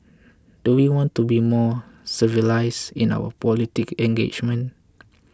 do we want to be more civilised in our political engagement